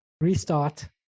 restart